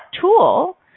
tool